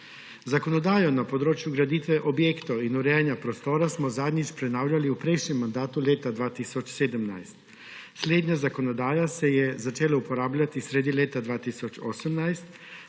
Zakonodajo na področju graditve objektov in urejanja prostora smo zadnjič prenavljali v prejšnjem mandatu leta 2017. Slednja zakonodaja se je začela uporabljati sredi leta 2018,